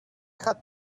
had